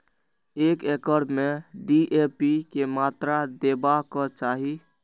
एक एकड़ में डी.ए.पी के मात्रा देबाक चाही?